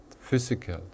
physical